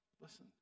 listen